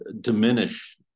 diminish